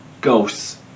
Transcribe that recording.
ghosts